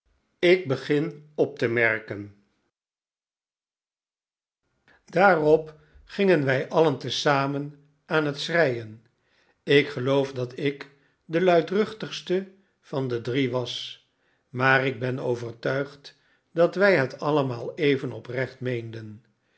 daarop gingen wij alien tezamen aan het schreien ik geloof dat ik de luidruchtigste van de drie was maar ik ben overtuigd dat wij het allemaal even oprecht meenden